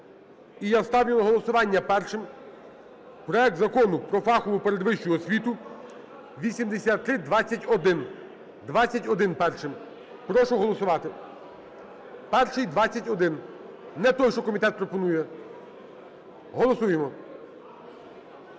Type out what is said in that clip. І я ставлю на голосування першим проект Закону про фахову передвищу освіту 8321, 21 - першим. Прошу голосувати. Перший - 21, не той, що комітет пропонує. Голосуємо.